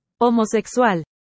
Homosexual